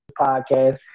podcast